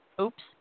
Oops